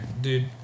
dude